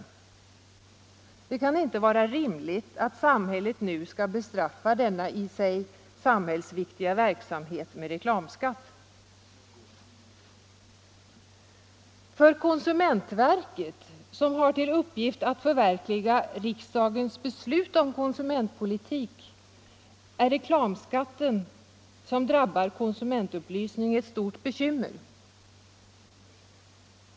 Det kan inte vara rimligt att samhället nu skall bestraffa denna i sig samhällsviktiga verksamhet med reklamskatt. För konsumentverket, som har till uppgift att förverkliga riksdagens beslut om konsumentpolitik, är reklamskatten som drabbar konsumentupplysning ett stort bekymmer.